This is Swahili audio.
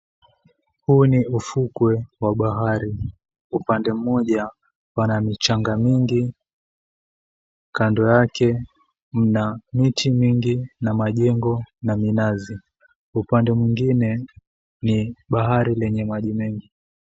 Huu ni ufukwe wa bahari upande mmoja pana mchanga mingi kando yake mna miti mingi na majengo na minazi upande mwingine ni bahari lenye maji mengi.